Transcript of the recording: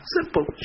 Simple